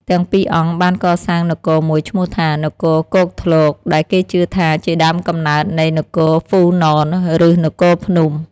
ទាំងពីរអង្គបានកសាងនគរមួយឈ្មោះថា នគរគោកធ្លក ដែលគេជឿថាជាដើមកំណើតនៃនគរហ្វូណន ឬនគរភ្នំ។